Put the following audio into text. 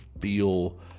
feel